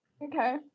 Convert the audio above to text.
Okay